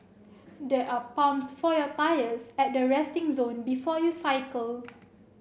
there are pumps for your tyres at the resting zone before you cycle